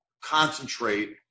concentrate